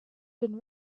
been